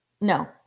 no